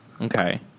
Okay